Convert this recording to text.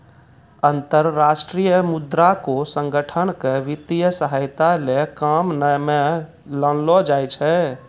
अन्तर्राष्ट्रीय मुद्रा कोष संगठन क वित्तीय सहायता ल काम म लानलो जाय छै